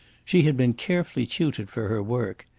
she had been carefully tutored for her work.